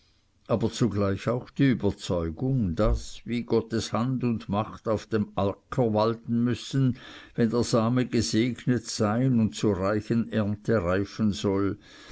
aber zugleich auch die überzeugung daß wie gottes hand und macht auf dem acker walten müssen wenn der same gesegnet sein und zur reichen ernte reifen soll